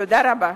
תודה רבה.